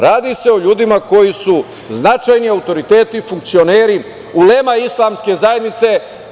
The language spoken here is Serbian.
Radi se o ljudima koji su značajni autoriteti, funkcioneri, ulema islamske zajednice.